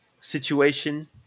situation